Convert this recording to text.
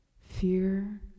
Fear